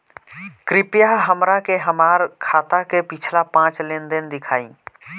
कृपया हमरा के हमार खाता के पिछला पांच लेनदेन देखाईं